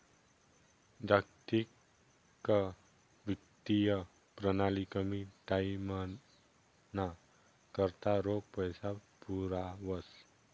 जागतिक वित्तीय प्रणाली कमी टाईमना करता रोख पैसा पुरावस